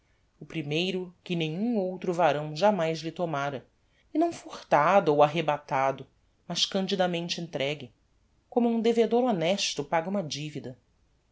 o primeiro que nenhum outro varão jamais lhe tomára e não furtado ou arrebatado mas candidamente entregue como um devedor honesto paga uma divida